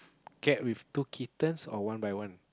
cat with two kittens or one by one